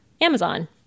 Amazon